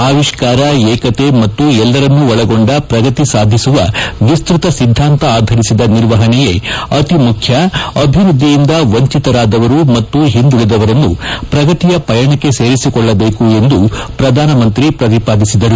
ಆವಿಷ್ಣಾರ ಏಕತೆ ಮತ್ತು ಎಲ್ಲರನ್ನೂ ಒಳಗೊಂಡ ಪ್ರಗತಿ ಸಾಧಿಸುವ ವಿಸ್ತತ ಸಿದ್ದಾಂತ ಆಧರಿಸಿದ ನಿರ್ವಹಣೆಯೇ ಅತಿ ಮುಖ್ಯ ಅಭಿವೃದ್ಧಿಯಿಂದ ವಂಚಿತರಾದವರು ಮತ್ತು ಹಿಂದುಳಿದವರನ್ನು ಪ್ರಗತಿಯ ಪಯಣಕ್ಕೆ ಸೇರಿಸಿಕೊಳ್ಳಬೇಕು ಎಂದು ಪ್ರಧಾನಮಂತ್ರಿ ಪ್ರತಿಪಾದಿಸಿದರು